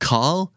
Call